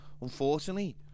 unfortunately